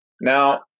Now